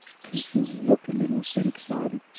can't you look a little bit excited?